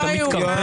אתה מתקרבן.